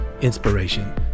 inspiration